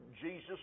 Jesus